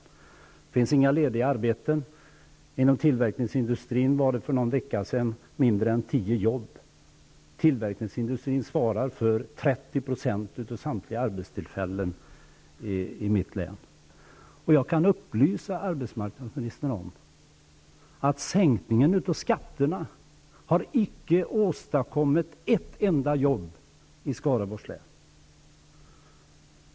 Det finns inga lediga arbeten. Inom tillverkningsindustrin fanns för någon vecka sedan färre än tio jobb. Tillverkningsindustrin svarar för 30 % av samtliga arbetstillfällen i mitt län. Jag kan upplysa arbetsmarknadsministern om att sänkningen av skatterna icke har åstadkommit ett enda jobb i Skaraborgs län.